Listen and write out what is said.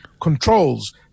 controls